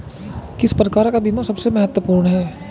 किस प्रकार का बीमा सबसे महत्वपूर्ण है?